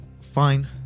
fine